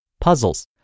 puzzles